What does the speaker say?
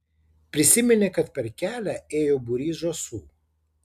prisiminė kad per kelią ėjo būrys žąsų